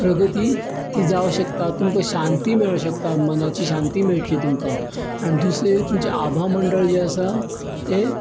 प्रगती जावंक शकता तुमका शांती मेळूंक शकता मनाची शांती मेळटली तुमकां आनी दुसरें तुमचें आभा मंडळ जें आसा तें